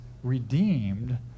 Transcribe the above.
redeemed